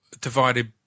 divided